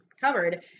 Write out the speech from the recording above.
covered